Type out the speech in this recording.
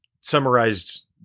summarized